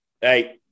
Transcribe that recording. hey